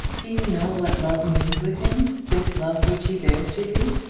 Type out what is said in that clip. do you know what love means with him this love which he bears to you?